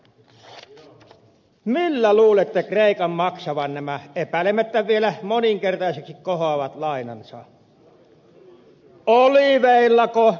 millä luulette kreikan maksavan nämä epäilemättä vielä moninkertaisiksi kohoavat lainansa